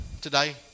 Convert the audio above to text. today